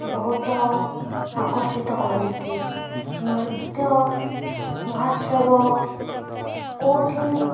ବହୁତ ଆକର୍ଷିତ କରନ୍ତି ନୃତ୍ୟ ମହୋତ୍ସବ କେଉଁଠି